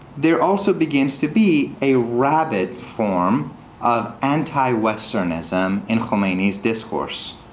there also begins to be a rabid form of anti-westernism in khomeini's discourse.